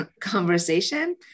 conversation